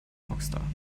rockstar